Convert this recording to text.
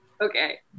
Okay